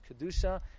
Kedusha